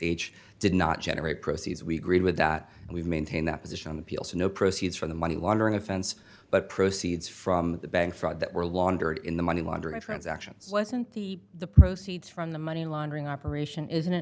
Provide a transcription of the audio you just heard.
h did not generate proceeds we agreed with that and we maintain that position on appeal so no proceeds from the money laundering offense but proceeds from the bank fraud that were laundered in the money laundering transactions wasn't the the proceeds from the money laundering operation isn't